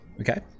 okay